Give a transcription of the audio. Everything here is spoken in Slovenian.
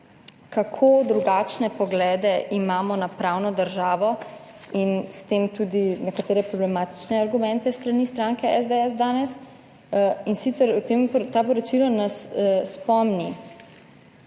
kako drugačne poglede imamo na pravno državo in s tem tudi nekatere današnje problematične argumente s strani stranke SDS, in sicer, to poročilo nas spomni,